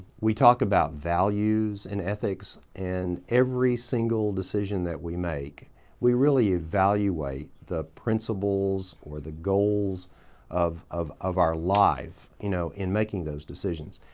we talk about values in ethics and every single decision that we make we really evaluate the principles or the goals of of our life you know in making those decisions.